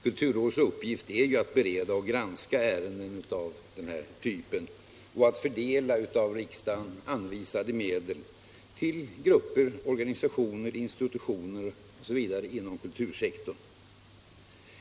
Kulturrådets uppgift är ju att bereda och granska ärenden av den här typen och att fördela av riksdagen anvisade medel till grupper, organisationer, institutioner osv. inom kultursektorn.